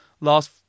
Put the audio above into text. last